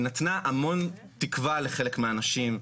היא נתנה המון תקווה לחלק מהאנשים,